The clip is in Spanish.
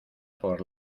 por